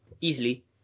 Easily